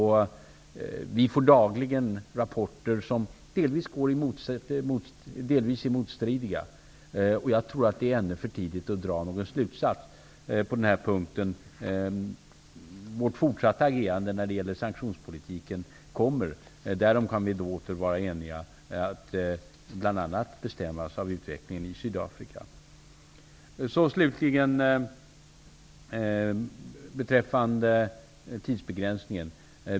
Vi får dagligen rapporter som delvis är motstridiga. Jag tror därför att det ännu är för tidigt att dra någon slutsats på den här punkten. Vårt fortsatta agerande när det gäller sanktionspolitiken -- därom kan vi åter vara eniga -- kommer bl.a. att bestämmas av utvecklingen i Sydafrika. Slutligen beträffande tidsbegränsningen.